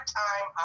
time